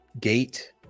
Gate